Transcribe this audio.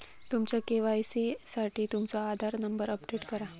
तुमच्या के.वाई.सी साठी तुमचो आधार नंबर अपडेट करा